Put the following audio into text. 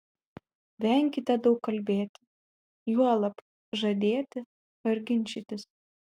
venkite daug kalbėti juolab žadėti ar ginčytis